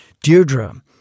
Deirdre